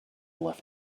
left